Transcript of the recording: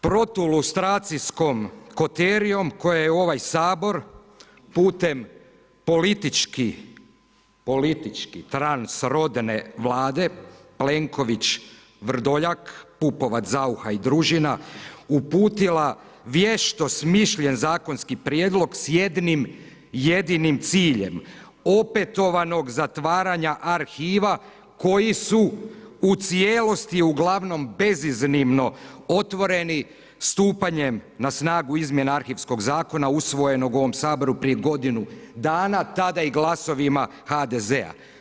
Protulustracijskom koterijom, koja je u ovaj Sabor putem politički, transrodne Vlade, Plenković, Vrdoljak, Pupovac, Zauha i družina, uputila vješto smišljen zakonski prijedlog s jednim jedinim ciljem, opetovanog zatvaranja arhiva, koji su u cijelosti ugl. beziznimno otvoreni stupanjem na snagu izmjene arhivskog zakona, usvojen u ovom Saboru prije godinu dana, tada i glasovima i HDZ-a.